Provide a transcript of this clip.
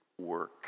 work